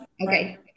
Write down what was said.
Okay